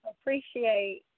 appreciate